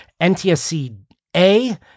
NTSC-A